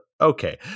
okay